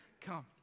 Come